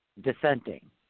dissenting